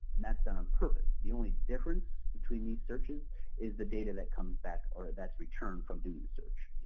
and that's done on purpose. the only difference between these searches is the data that comes back, or that's returned from doing the search.